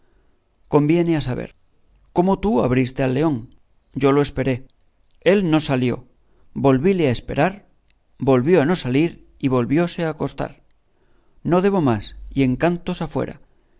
conviene a saber cómo tú abriste al león yo le esperé él no salió volvíle a esperar volvió a no salir y volvióse acostar no debo más y encantos afuera